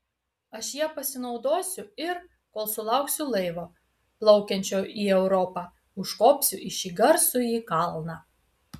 aš ja pasinaudosiu ir kol sulauksiu laivo plaukiančio į europą užkopsiu į šį garsųjį kalną